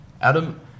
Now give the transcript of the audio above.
Adam